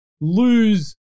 lose